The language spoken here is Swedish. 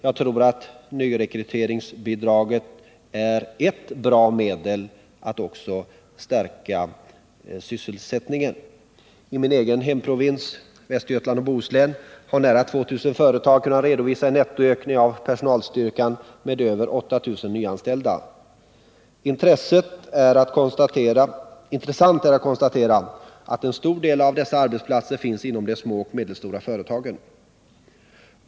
Jag tror att nyrekryteringsbidraget är ert bra medel att stärka sysselsättningen. I min egen hemprovins — Västergötland och Bohuslän — har nära 2 000 företag kunnat redovisa en nettoökning av personalstyrkan med över 8 000 nyanställda. Intressant är att konstatera att en stor del av dessa arbetsplatser finns inom de små och medelstora företagen.